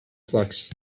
flux